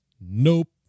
nope